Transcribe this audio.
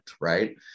right